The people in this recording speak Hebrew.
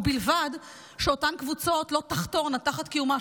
ובלבד שאותן קבוצות לא תחתורנה תחת קיומה